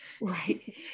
Right